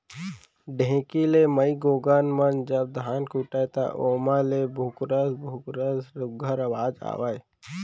ढेंकी ले माईगोगन मन जब धान कूटय त ओमा ले भुकरस भुकरस सुग्घर अवाज आवय